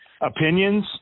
opinions